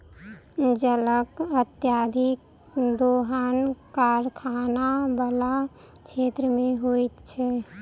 जलक अत्यधिक दोहन कारखाना बला क्षेत्र मे होइत छै